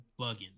bugging